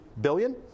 billion